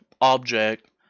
object